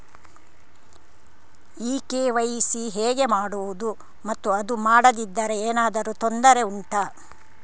ಈ ಕೆ.ವೈ.ಸಿ ಹೇಗೆ ಮಾಡುವುದು ಮತ್ತು ಅದು ಮಾಡದಿದ್ದರೆ ಏನಾದರೂ ತೊಂದರೆ ಉಂಟಾ